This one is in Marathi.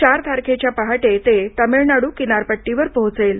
चार तारखेच्या पहाटे ते तामिळनाडू किनारपट्टीवर पोहोचेल